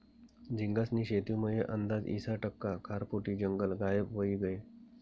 झींगास्नी शेतीमुये आंदाज ईस टक्का खारफुटी जंगल गायब व्हयी गयं